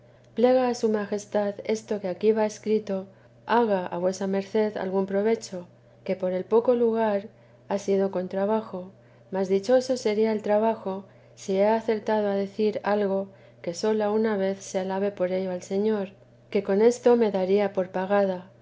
plega a su majestad esto que aquí va escrito haga a vuesa merced algún provecho que por el poco lugar ha sido con trabajo mas dichoso sería el trabajo si he acertado a decir algo que sola una vez se alabe por ello el señor que con esto me daría por pagada